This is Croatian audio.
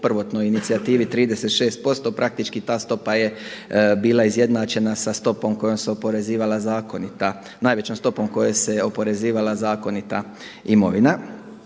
u prvotnoj inicijativi 36%. Praktički ta stopa je bila izjednačena sa stopom kojom se oporezivala zakonita, najvećom stopom kojom se oporezivala zakonita imovina.